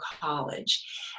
college